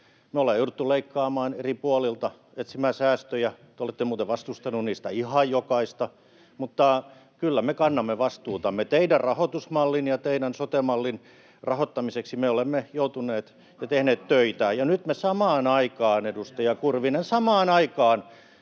Me ollaan jouduttu leikkaamaan eri puolilta, etsimään säästöjä — te olette muuten vastustaneet niistä ihan jokaista. Mutta kyllä me kannamme vastuutamme. Teidän rahoitusmallinne ja teidän sote-mallinne rahoittamiseksi me olemme tehneet töitä. [Antti Kurvinen: Kantakaa vastuu!] Ja nyt samaan aikaan,